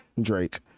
drake